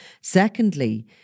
Secondly